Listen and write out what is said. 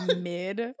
mid